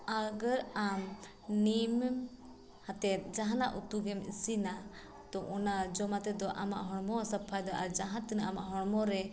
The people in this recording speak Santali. ᱟᱜᱚᱨ ᱟᱢ ᱱᱤᱢ ᱟᱛᱮᱫ ᱡᱟᱦᱟᱱᱟᱜ ᱩᱛᱩᱜᱮᱢ ᱤᱥᱤᱱᱟ ᱛᱳ ᱚᱱᱟ ᱡᱚᱢ ᱠᱟᱛᱮᱫ ᱫᱚ ᱟᱢᱟᱜ ᱦᱚᱲᱢᱚ ᱥᱟᱯᱷᱟᱭᱫᱟ ᱟᱨ ᱡᱟᱦᱟᱸ ᱛᱤᱱᱟᱹᱜ ᱟᱢᱟᱜ ᱦᱚᱲᱢᱚ ᱨᱮ